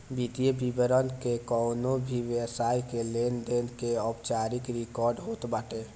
वित्तीय विवरण कवनो भी व्यवसाय के लेनदेन के औपचारिक रिकार्ड होत बाटे